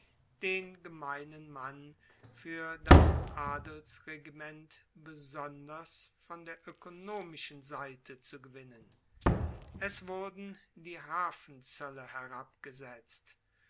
den gemeinen mann fuer das adelsregiment besonders von der oekonomischen seite zu gewinnen es wurden die hafenzoelle herabgesetzt